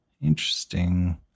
interesting